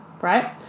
right